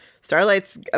Starlight's